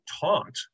taught